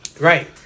Right